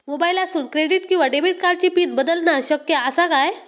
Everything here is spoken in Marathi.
मोबाईलातसून क्रेडिट किवा डेबिट कार्डची पिन बदलना शक्य आसा काय?